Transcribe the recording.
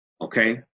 Okay